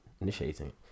initiating